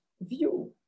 view